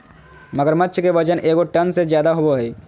मगरमच्छ के वजन एगो टन से ज्यादा होबो हइ